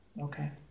Okay